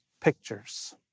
pictures